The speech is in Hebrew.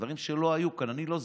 דברים שלא היו כאן, שאני לא זוכר,